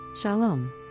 Shalom